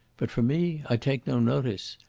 but for me i take no notice.